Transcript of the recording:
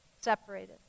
separated